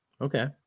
Okay